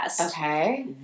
Okay